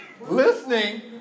Listening